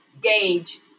gauge